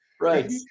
Right